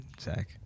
zach